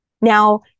Now